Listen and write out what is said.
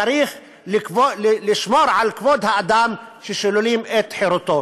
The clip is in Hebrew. צריך לשמור על כבוד האדם כששוללים את חירותו.